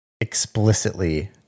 explicitly